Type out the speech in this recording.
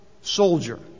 soldier